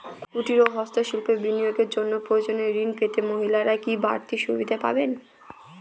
কুটীর ও হস্ত শিল্পে বিনিয়োগের জন্য প্রয়োজনীয় ঋণ পেতে মহিলারা কি বাড়তি সুবিধে পাবেন?